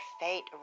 fate